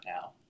Now